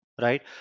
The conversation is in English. right